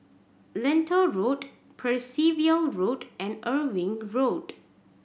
Lentor Road Percival Road and Irving Road